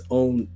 own